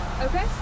Okay